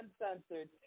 uncensored